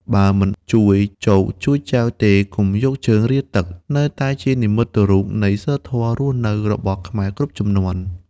«បើមិនជួយចូកជួយចែវទេ កុំយកជើងរាទឹក» នៅតែជានិមិត្តរូបនៃសីលធម៌រស់នៅរបស់ខ្មែរគ្រប់ជំនាន់។